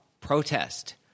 protest